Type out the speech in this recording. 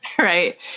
Right